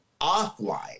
offline